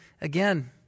again